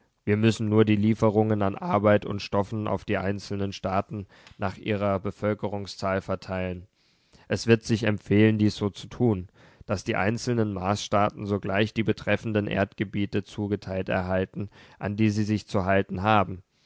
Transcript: wir müssen nur die lieferungen an arbeit und stoffen auf die einzelnen staaten nach ihrer bevölkerungszahl verteilen es wird sich empfehlen dies so zu tun daß die einzelnen marsstaaten sogleich die betreffenden erdgebiete zugeteilt erhalten an die sie sich zu halten haben